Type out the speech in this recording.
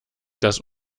das